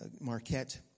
Marquette